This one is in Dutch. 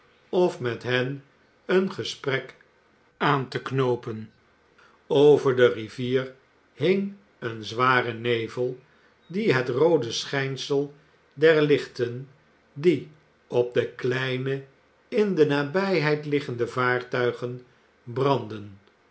of met hen een gesprek aan te knoopen over de rivier hing een zware nevel die het roode schijnsel der lichten die op de kleine in de nabijheid liggende vaartuigen brandden